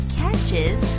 catches